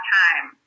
time